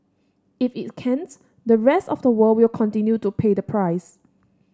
if it can't the rest of the world will continue to pay the price